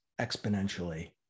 exponentially